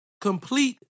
complete